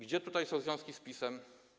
Gdzie tutaj są związki z PiS?